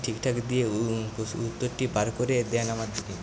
ঠিকঠাক দিয়ে উত্তরটি বার করে দেন আমাদেরকে